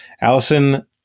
Allison